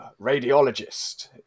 radiologist